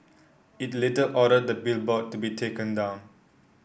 it later ordered the billboard to be taken down